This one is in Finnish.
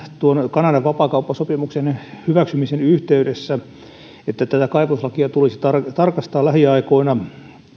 kanadan vapaakauppasopimuksen hyväksymisen yhteydessä että tätä kaivoslakia tulisi tarkastaa lähiaikoina